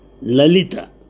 Lalita